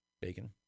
Bacon